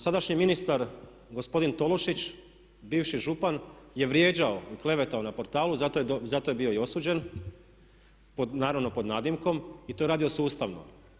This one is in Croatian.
Sadašnji ministar gospodin Tolušić, bivši župan je vrijeđao i klevetao na portalu, zato je bio i osuđen naravno pod nadimkom i to je radio sustavno.